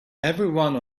everyone